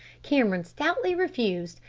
cameron stoutly refused,